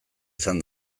izan